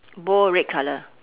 bowl red colour